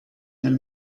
del